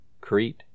Crete